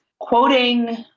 Quoting